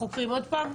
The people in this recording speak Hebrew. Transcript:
חוקרים עוד פעם?